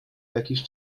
jakiś